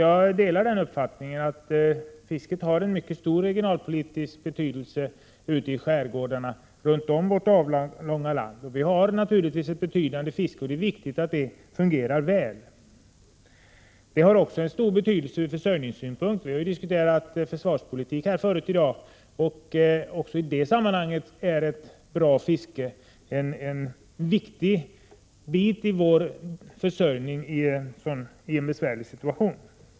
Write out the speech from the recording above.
Jag delar uppfattningen att fisket har en mycket stor regionalpolitisk betydelse i skärgårdarna runt om vårt avlånga land. Vi har ett betydande fiske, och det är viktigt att det fungerar väl. Det har också en stor betydelse ur försörjningssynpunkt. Vi diskuterade förut försvarspolitik i dag. Också i det sammanhanget är ett bra fiske en viktig bit i vår försörjning i en besvärlig situation.